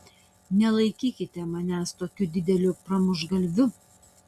nelaikykite manęs tokiu dideliu pramuštgalviu